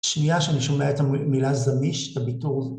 שנייה שאני שומע את המילה "זמיש", את הביטוי הזה